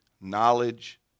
knowledge